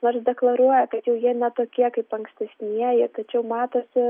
nors deklaruoja kad jau jie ne tokie kaip ankstesnieji tačiau matosi